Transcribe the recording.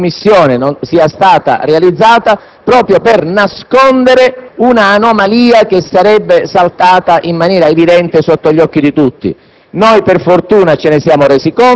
Non vogliamo pensare che questa omissione sia stata realizzata proprio per nascondere una anomalia che sarebbe saltata in maniera evidente agli occhi di tutti.